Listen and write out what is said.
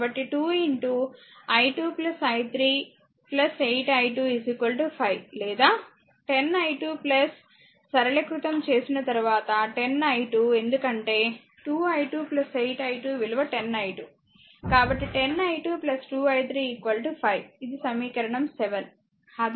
కాబట్టి 2 i2 i3 8 i2 5 లేదా 10 i2 సరళీకృతం చేసిన తరువాత 10 i2 ఎందుకంటే 2 i2 8 i2 విలువ 10 i2 కాబట్టి 10 i2 2 i3 5 ఇది సమీకరణం 7